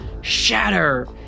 shatter